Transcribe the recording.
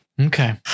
okay